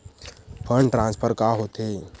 Fund transfer का होथे?